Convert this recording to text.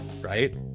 right